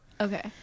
okay